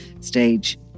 stage